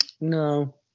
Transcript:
No